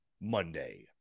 Monday